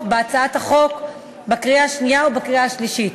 בהצעת החוק בקריאה השנייה ובקריאה השלישית.